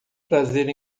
prazer